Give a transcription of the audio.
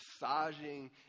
massaging